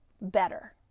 better